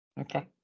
Okay